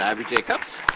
abby jacobs.